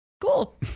Cool